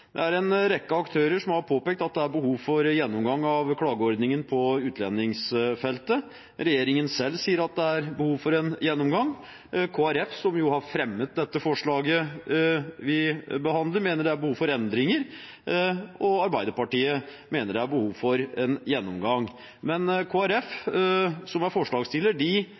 Det er en rekke aktører som har påpekt at det er behov for en gjennomgang av klageordningen på utlendingsfeltet. Regjeringen selv sier at det er behov for en gjennomgang, Kristelig Folkeparti, som jo har fremmet dette forslaget vi behandler, mener det er behov for endringer, og Arbeiderpartiet mener det er behov for en gjennomgang. Kristelig Folkeparti, som er